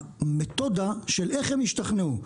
המתודה של איך הם ישתכנעו?